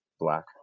black